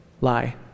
lie